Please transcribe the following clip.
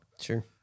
Sure